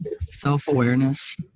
self-awareness